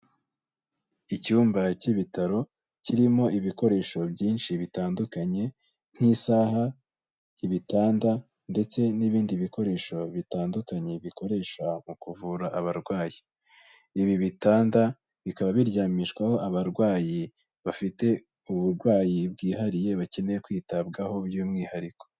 Icyumba cy'ibitaro kirimo ibikoresho byinshi bitandukanye nk'isaha, ibitanda ndetse n'ibindi bikoresho bitandukanye bikoreshwa mu kuvura abarwayi, ibi bitanda bikaba biryamishwaho abarwayi bafite uburwayi bwihariye, bakeneye kwitabwaho by'umwihariko.